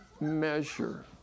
measure